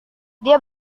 dia